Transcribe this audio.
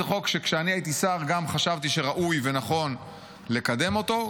זה חוק שכשאני הייתי שר גם חשבתי שראוי ונכון לקדם אותו,